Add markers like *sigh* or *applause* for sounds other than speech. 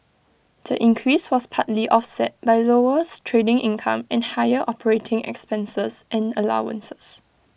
the increase was partly offset by lower *unintelligible* trading income and higher operating expenses and allowances